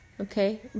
Okay